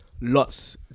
lots